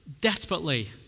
Desperately